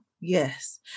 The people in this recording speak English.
yes